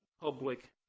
public